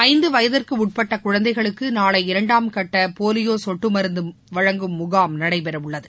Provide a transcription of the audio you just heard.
ஐந்து வயதிற்கு உட்பட்ட குழந்தைகளுக்கு நாளை இரண்டாம் கட்ட போலியோ கொட்டு மருந்து வழங்கும் முகாம் நடைபெறவுள்ளது